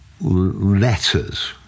letters